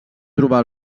trobar